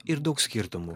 ir daug skirtumų